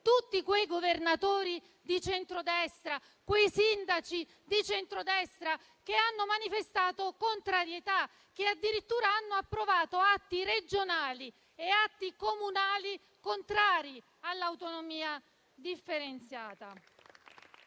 tutti quei governatori di centrodestra, quei sindaci di centrodestra che hanno manifestato contrarietà, che addirittura hanno approvato atti regionali e comunali contrari all'autonomia differenziata.